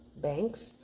banks